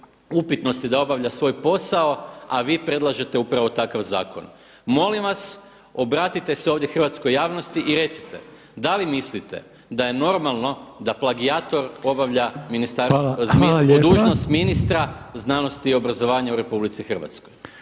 upitnosti da obavlja svoj posao, a vi predlažete upravo takav zakon. Molim vas obratite se ovdje hrvatskoj javnosti i recite, da li mislite da je normalno da plagijator obavlja dužnost ministra znanosti i obrazovanja u RH?